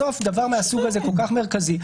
בסוף דבר כל כך מרכזי מן הסוג הזה,